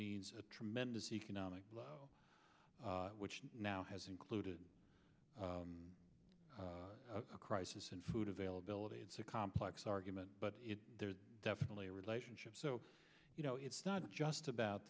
means a tremendous economic which now has included a crisis in food availability it's a complex argument but there's definitely a relationship so you know it's not just about